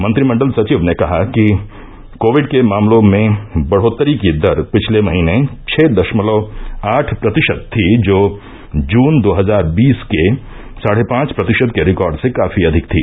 मंत्रिमंडल सचिव ने कहा कि कोविड के मामलों में बढोत्तरी की दर पिछले महीने छह दशमलव आठ प्रतिशत थी जो जुन दो हजार बीस के साढे पांच प्रतिशत के रिकॉर्ड से काफी अधिक थी